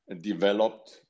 developed